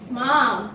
mom